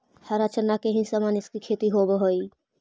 हरा चना के ही समान इसकी खेती होवे हई